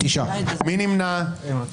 9 נמנעים,